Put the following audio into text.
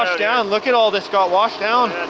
down, look at all this got washed down.